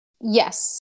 Yes